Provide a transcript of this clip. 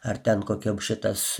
ar ten kokiam šitas